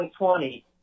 2020